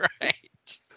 right